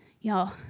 Y'all